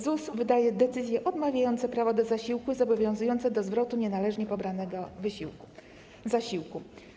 ZUS wydaje decyzje odmawiające prawa do zasiłku i zobowiązujące do zwrotu nienależnie pobranego zasiłku.